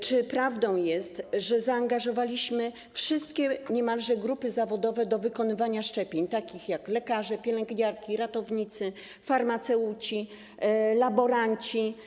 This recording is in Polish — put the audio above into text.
Czy prawdą jest, że zaangażowaliśmy niemalże wszystkie grupy zawodowe do wykonywania szczepień, takie jak lekarze, pielęgniarki, ratownicy, farmaceuci, laboranci?